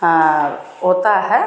होता है